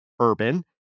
urban